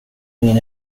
ingen